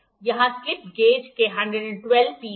यहां slip gauge के 112 piece हैं